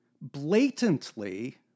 Blatantly